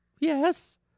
Yes